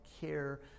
care